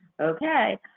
Okay